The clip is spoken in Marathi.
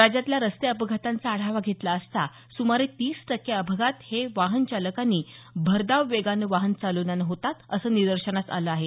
राज्यातल्या रस्ते अपघातांचा आढावा घेतला असता सुमारे तीस टक्के अपघात हे वाहनचालकांनी भरधाव वेगानं वाहन चालविल्यानं होतात असं निदर्शासनास आलं आहे